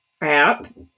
App